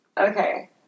Okay